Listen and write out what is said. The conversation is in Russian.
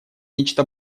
нечто